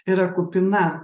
yra kupina